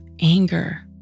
anger